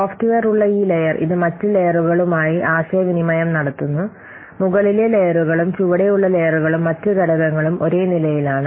software ഉള്ള ഈ layer ഇത് മറ്റ് ലെയറുകളുമായി ആശയവിനിമയം നടത്തുന്നു മുകളിലെ ലെയറുകളും ചുവടെയുള്ള ലെയറുകളും മറ്റ് ഘടകങ്ങളും ഒരേ നിലയിലാണ്